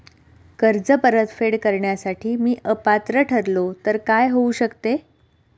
कर्ज परतफेड करण्यास मी अपात्र ठरलो तर काय होऊ शकते?